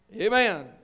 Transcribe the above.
Amen